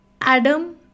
Adam